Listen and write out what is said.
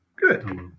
Good